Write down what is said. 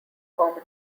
common